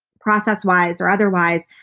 process wise or otherwise,